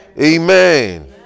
Amen